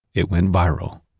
it went viral.